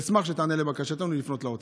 אשמח אם תיענה לבקשתנו לפנות לאוצר.